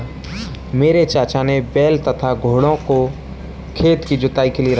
मेरे चाचा ने बैल तथा घोड़ों को खेत की जुताई के लिए रखा है